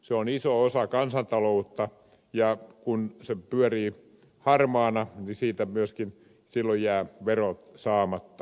se on iso osa kansantaloutta ja kun se pyörii harmaana niin siitä myöskin silloin jäävät verot saamatta